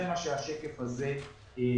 זה מה שהשקף הזה מראה.